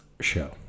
show